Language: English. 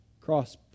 cross